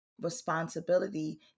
responsibility